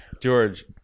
George